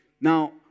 Now